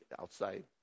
outside